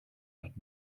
that